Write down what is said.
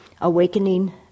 Awakening